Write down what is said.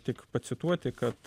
tik pacituoti kad